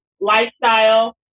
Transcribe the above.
lifestyle